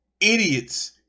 idiots